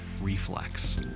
Reflex